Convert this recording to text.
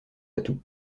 atout